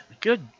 good